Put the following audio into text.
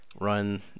run